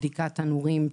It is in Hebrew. תנורים,